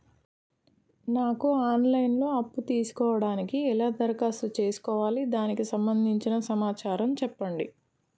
నాకు online లో అప్పు తీసుకోవడానికి ఎలా దరఖాస్తు చేసుకోవాలి దానికి సంబంధించిన సమాచారం చెప్పండి?